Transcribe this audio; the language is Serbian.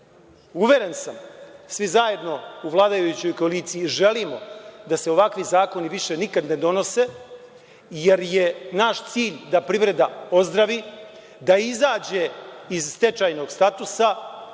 uveren sam, svi zajedno u vladajućoj koaliciji želimo da se ovakvi zakoni više nikad ne donose, jer je naš cilj da privreda ozdravi, da izađe iz stečajnog statusa,